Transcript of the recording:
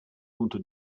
punto